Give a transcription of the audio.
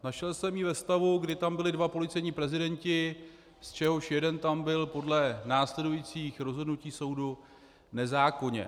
Našel jsem ji ve stavu, kdy tam byli dva policejní prezidenti, z čehož jeden tam byl podle následujících rozhodnutí soudu nezákonně.